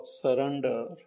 surrender